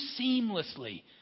seamlessly